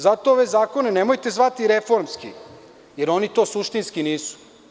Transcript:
Zato ove zakone nemojte zvati reformskim, jer oni to suštinski nisu.